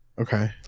okay